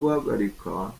guhagarikwa